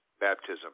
baptism